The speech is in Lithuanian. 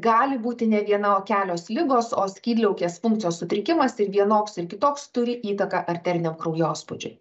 gali būti ne viena o kelios ligos o skydliaukės funkcijos sutrikimas ir vienoks ir kitoks turi įtaką arteriniam kraujospūdžiui